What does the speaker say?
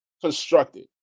constructed